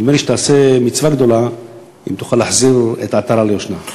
ונדמה לי שתעשה מצווה גדולה אם תחזיר את העטרה ליושנה.